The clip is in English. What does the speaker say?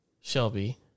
Shelby